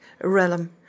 realm